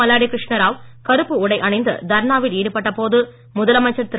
மல்லாடி கிருஷ்ணராவ் கருப்பு உடை அணிந்து தர்ணாவில் ஈடுபட்ட போது முதலமைச்சர் திரு